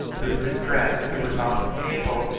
whose distress he was often able,